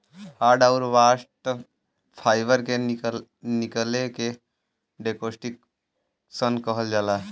hurd आउर bast fibre के निकले के डेकोर्टिकेशन कहल जाला